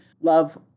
Love